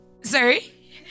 Sorry